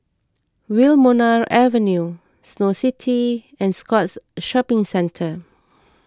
Wilmonar Avenue Snow City and Scotts Shopping Centre